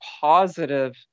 positive